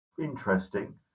interesting